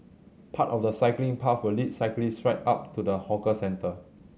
part of the cycling path will lead cyclists right up to the hawker centre